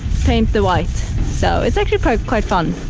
paint the white. so it's actually quite fun.